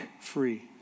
free